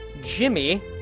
Jimmy